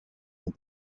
the